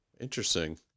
Interesting